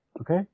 okay